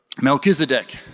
Melchizedek